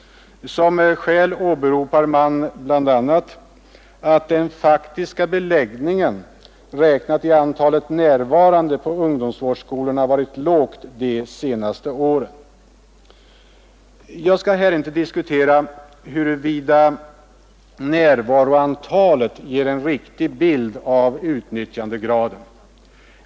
Som skäl åberopar man bl.a. att den faktiska beläggningen räknat i antalet närvarande på ungdomsvårdsskolorna varit låg de senaste åren. Jag skall här inte diskutera huruvida närvaroantalet ger en riktig bild av utnyttjandegraden.